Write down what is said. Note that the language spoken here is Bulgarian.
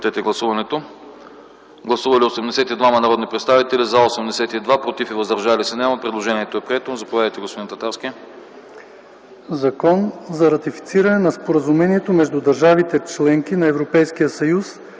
„ЗАКОН за ратифициране на Споразумението между държавите - членки на Европейския съюз,